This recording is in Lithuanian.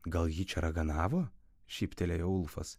gal ji čia raganavo šyptelėjo ulfas